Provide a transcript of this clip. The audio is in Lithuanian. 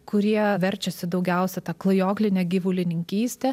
kurie verčiasi daugiausia ta klajokline gyvulininkyste